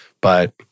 But-